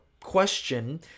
question